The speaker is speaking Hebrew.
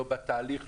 לא בתהליך,